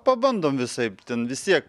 pabandom visaip ten vis tiek